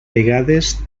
vegades